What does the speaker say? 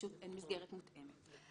פשוט אין מסגרת מותאמת.